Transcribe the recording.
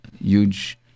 huge